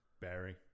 Barry